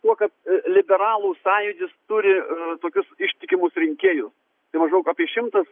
tuo kad liberalų sąjūdis turi tokius ištikimus rinkėjus tai maždaug apie šimtas